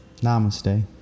namaste